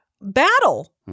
Battle